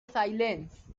silence